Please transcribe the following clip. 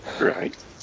Right